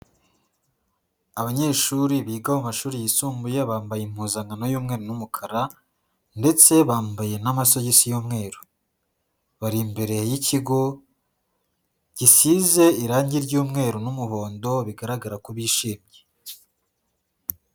Abanyeshuri biga mu mashuri yisumbuye bambaye impuzankano y'umweru n'umukara ndetse bambaye n'amasogisi y'umweru, bari imbere y'ikigo gisize irange ry'umweru n'umuhondo bigaragara ko bishimye.